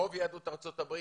לרוב יהדות ארצות הברית,